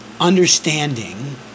understanding